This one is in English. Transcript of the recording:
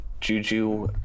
juju